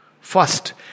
First